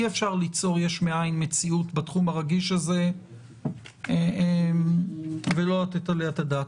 אי אפשר ליצור יש מאין מציאות בתחום הרגיש הזה ולא לתת עליה את הדעת.